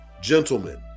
Gentlemen